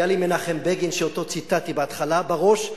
היה לי מנחם בגין, שאותו ציטטתי בהתחלה, בראש.